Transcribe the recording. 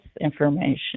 information